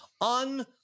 On